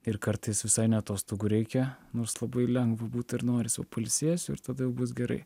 ir kartais visai ne atostogų reikia nors labai lengva būtų ir norisi jau pailsėsiu ir tada jau bus gerai